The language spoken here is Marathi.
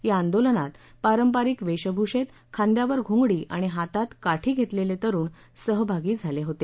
या आंदोलनात पारपारिक वेषभूषेत खांद्यावर घोंगडी आणि हातात काठी घेतलेले तरुण सहभागी झाले होते